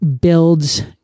builds